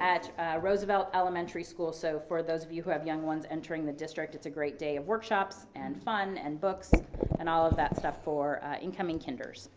at roosevelt elementary school. so for those of you have young ones entering the district, it's a great day of workshops and fun and books and all of that for incoming kinders.